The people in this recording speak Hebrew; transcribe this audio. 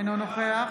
אינו נוכח